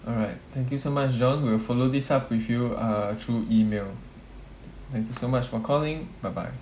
alright thank you so much john we'll follow this up with you uh through email thank you so much for calling bye bye